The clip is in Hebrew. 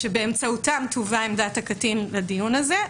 שבאמצעותם תובא עמדת הקטין לדיון הזה,